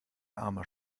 armer